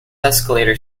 escalator